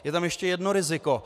Je tam ještě jedno riziko.